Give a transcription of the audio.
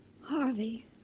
Harvey